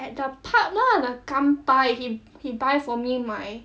at the pub lah the kanpai he he buy for me my